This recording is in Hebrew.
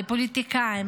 לפוליטיקאים,